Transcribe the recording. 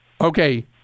Okay